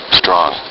strong